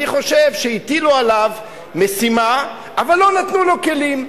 אני חושב שהטילו עליו משימה, אבל לא נתנו לו כלים.